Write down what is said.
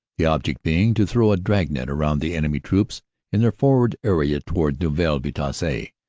the object being to throw a drag-net round the enemy troops in their forward area towards neuville vitasse.